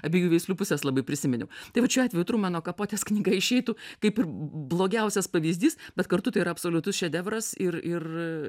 abiejų veislių puses labai prisimeniau tai vat šiuo atveju trumano kapotės knyga išeitų kaip ir blogiausias pavyzdys bet kartu tai yra absoliutus šedevras ir ir